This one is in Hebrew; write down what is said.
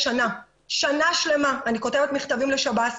שנה שלמה אני כותבת מכתבים לשב"ס,